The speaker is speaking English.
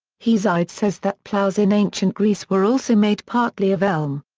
hesiod says that ploughs in ancient greece were also made partly of elm.